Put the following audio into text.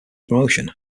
promotion